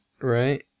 Right